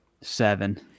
Seven